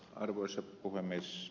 arvoisa puhemies